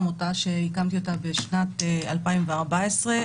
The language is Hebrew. עמותה שהקמתי בשנת 2014,